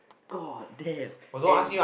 god damn and